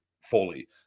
fully